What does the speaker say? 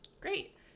Great